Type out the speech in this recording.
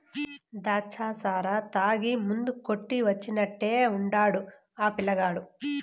దాచ్చా సారా తాగి మందు కొట్టి వచ్చినట్టే ఉండాడు ఆ పిల్లగాడు